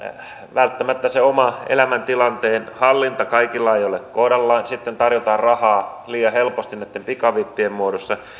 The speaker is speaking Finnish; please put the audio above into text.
välttämättä sen oman elämäntilanteen hallinta kaikilla ei ole kohdallaan sitten tarjotaan rahaa liian helposti pikavippien muodossa